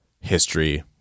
history